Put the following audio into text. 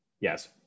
Yes